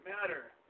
matter